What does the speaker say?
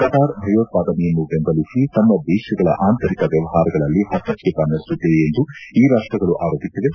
Qatar ಭಯೋತ್ಪಾದನೆಯನ್ನು ದೆಂಬಲಿಸಿ ತಮ್ಮ ದೇಶಗಳ ಆಂತರಿಕ ವ್ಯವಹಾರಗಳಲ್ಲಿ ಹಸ್ತಕ್ಷೇಪ ನಡೆಸುತ್ತಿದೆ ಎಂದು ಈ ರಾಷ್ಲಗಳು ಆರೋಪಿಸಿವೆ